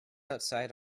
outside